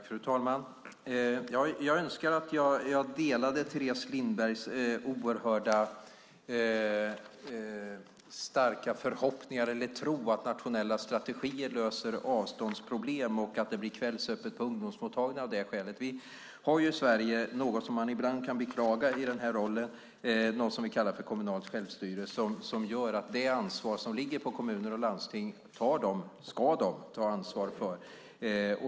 Fru talman! Jag önskar att jag delade Teres Lindbergs oerhört starka tro på att nationella strategier löser avståndsproblem och att det blir kvällsöppet på ungdomsmottagningar av det skälet. Vi har i Sverige något som man i den här rollen ibland kan beklaga, nämligen något som vi kallar kommunalt självstyre. Det innebär att det ansvar som ligger på kommuner och landsting ska de ta.